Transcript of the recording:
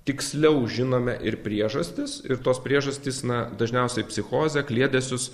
tiksliau žinome ir priežastis ir tos priežastys na dažniausiai psichozė kliedesius